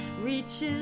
reaches